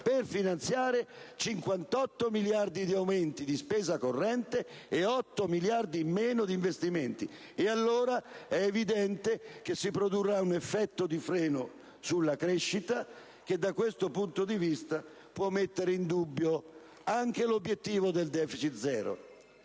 per finanziare 58 miliardi di aumenti di spesa corrente e 8 miliardi in meno di investimenti. Allora, è evidente che si produrrà un effetto di freno sulla crescita che, da questo punto di vista, può mettere in dubbio anche l'obiettivo del deficit zero.